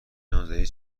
نامزدی